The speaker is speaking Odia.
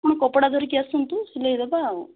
ଆସନ୍ତୁ କପଡ଼ା ଧରିକି ଆସନ୍ତୁ ସିଲେଇ ଦେବା ଆଉ